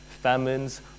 famines